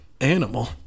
animal